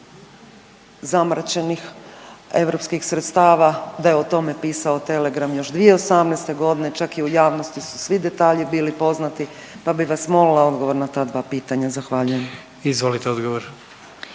zamračenih europskih sredstava, da je o tome pisao Telegram još 2018. godine. Čak i u javnosti su svi detalji bili poznati, pa bih vas molila odgovor na ta dva pitanja. Zahvaljujem. **Jandroković,